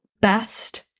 best